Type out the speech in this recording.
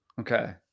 Okay